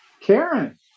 Karen